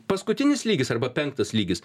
paskutinis lygis arba penktas lygis